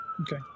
Okay